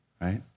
right